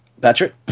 Patrick